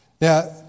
Now